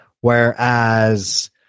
Whereas